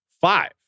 five